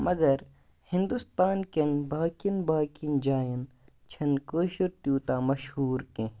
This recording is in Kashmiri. مگر ہِنٛدوستان کٮ۪ن باقیَن باقیَن جایَن چھَ نہٕ کٲشُر تیٛوٗتاہ مشہوٗر کیٚنٛہہ